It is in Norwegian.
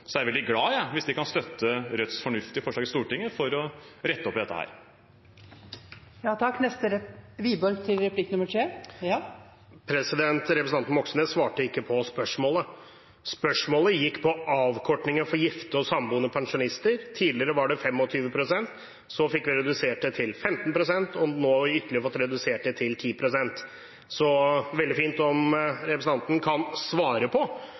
er jeg veldig glad hvis de kan støtte Rødts fornuftige forslag i Stortinget for å rette opp i dette. Representanten Moxnes svarte ikke på spørsmålet. Spørsmålet gikk på avkortingen for gifte og samboende pensjonister. Tidligere var den på 25 pst., så fikk vi redusert den til 15 pst., og nå har vi fått den ytterligere redusert til 10 pst. Det er veldig fint hvis representanten Moxnes kan svare på